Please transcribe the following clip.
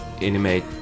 animate